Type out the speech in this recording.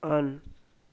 on